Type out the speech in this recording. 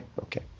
Okay